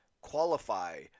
qualify